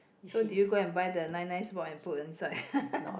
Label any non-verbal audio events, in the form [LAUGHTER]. so did you go and buy the nice nice what and put inside [LAUGHS]